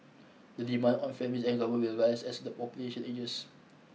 the demand on families and government will rise as the population ages